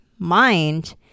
mind